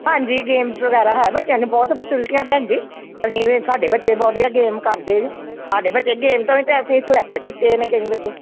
ਹਾਂਜੀ ਗੇਮਸ ਵਗੈਰਾ ਹੈ ਬੱਚਿਆਂ ਨੇ ਬੁਹਤ ਫਸਿਲਟੀਆਂ ਭੈਣ ਜੀ ਅਸੀਂ ਵੇ ਸਾਡੇ ਬੱਚੇ ਵਧੀਆ ਗੇਮ ਕਰਦੇ ਜੇ ਸਾਡੇ ਬੱਚੇ ਗੇਮ ਤਾਂ ਅਸੀਂ ਵੈਸੇ ਹੀ ਸਲੈਕਟ ਕੀਤੇ ਨੇ ਕਈ ਬੱਚੇ